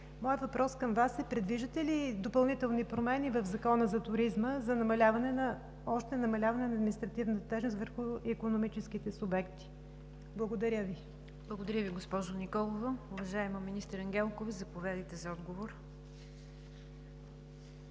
Моят въпрос към Вас е: предвиждате ли допълнителни промени в Закона за туризма за още намаляване на административната тежест върху икономическите субекти? Благодаря Ви. ПРЕДСЕДАТЕЛ НИГЯР ДЖАФЕР: Благодаря Ви, госпожо Николова. Уважаема министър Ангелкова, заповядайте за отговор.